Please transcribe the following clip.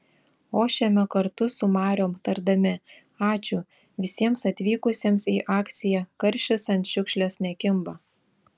ošiame kartu su mariom tardami ačiū visiems atvykusiems į akciją karšis ant šiukšlės nekimba